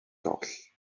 goll